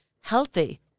healthy